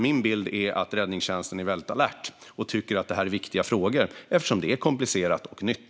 Min bild är dock att räddningstjänsten är väldigt alert och tycker att detta är viktiga frågor, eftersom det är komplicerat och nytt.